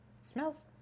smells